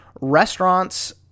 Restaurants